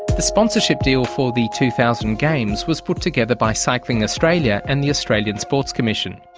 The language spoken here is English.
the sponsorship deal for the two thousand games was put together by cycling australia and the australian sports commission.